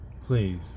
Please